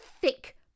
thick